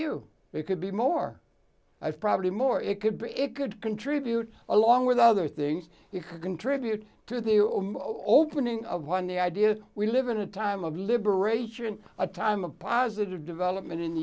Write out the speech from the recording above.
it could be more i've probably more it could be it could contribute along with other things it could contribute to the opening of one the idea that we live in a time of liberation a time a positive development